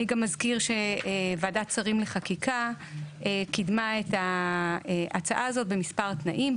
אזכיר גם שוועדת שרים לחקיקה קידמה את ההצעה הזאת במספר תנאים,